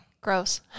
Gross